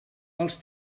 els